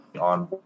on